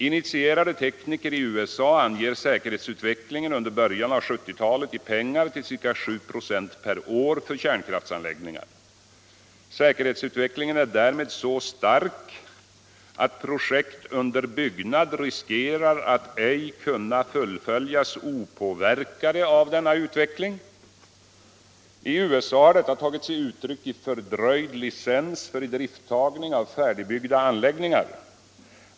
Initierade tekniker i USA anger säkerhetsutvecklingen under början av 1970-talet i pengar till ca 7 96 per år för kärnkraftanläggningar. Säkerhetsutvecklingen är därmed så stark att projekt under byggnad riskerar att ej kunna fullföljas opåverkade av denna utveckling. I USA har detta tagit sig uttryck i fördröjd licens för idrifttagning av färdigbyggda anläggningar.